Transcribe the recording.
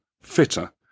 fitter